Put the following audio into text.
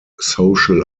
social